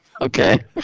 Okay